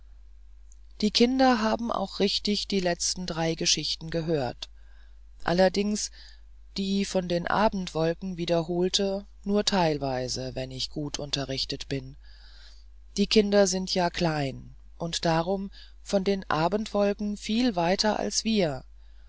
die kinder haben auch richtig die letzten drei geschichten gehört allerdings die von den abendwolken wiederholte nur teilweise wenn ich gut unterrichtet bin die kinder sind ja klein und darum von den abendwolken viel weiter als wir